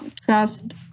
trust